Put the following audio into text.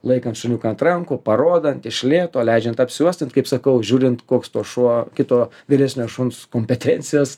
laikant šuniuką ant rankų parodant iš lėto leidžiant apsiuostyt kaip sakau žiūrint koks to šuo kito vyresnio šuns kompetencijos